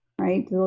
Right